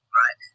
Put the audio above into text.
right